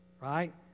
Right